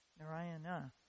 Narayana